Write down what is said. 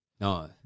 No